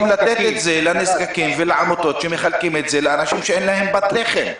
לתת אותה לנזקקים ולעמותות שמחלקות לאנשים שאין להם פת לחם?